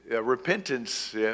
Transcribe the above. Repentance